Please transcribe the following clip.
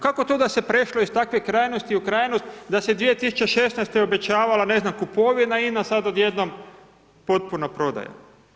Kako to da se prešlo iz takve krajnosti u krajnost da se 2016. obećavala ne znam kupovina INA-e sada najednom potpuna prodaja.